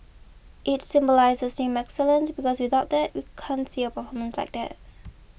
it symbolises team excellence because without that you can't see a performance like that